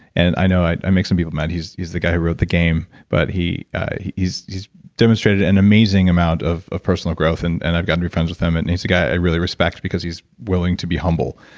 and i know i i make some people mad, he's he's the guy who wrote the game. but he's he's demonstrated an amazing amount of of personal growth and and i got to be friends with him. but and he's a guy i really respect because he's willing to be humble.